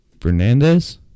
Fernandez